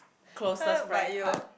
closest friend card